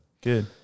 Good